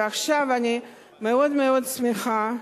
ועכשיו אני מאוד שמחה,